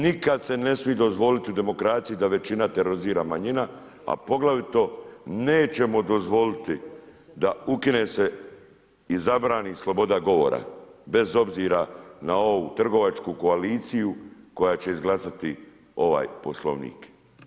Nikad se ne smije dozvoliti demokraciji da većina terorizira manjinu, a poglavito nećemo dozvoliti da se ukine i zabrani sloboda govora, bez obzira na ovu trgovačku koalciju koja će izglasati ovaj Poslovnik.